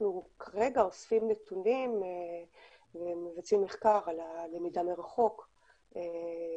אנחנו כרגע אוספים נתונים ומבצעים מחקר על הלמידה מרחוק שהתקיימה,